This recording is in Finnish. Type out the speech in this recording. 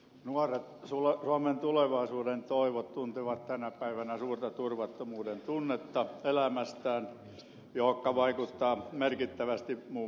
nuoret suomen tulevaisuuden toivot tuntevat tänä päivänä suurta turvattomuutta elämässään mihinkä vaikuttaa merkittävästi muun muassa nuorisotyöttömyys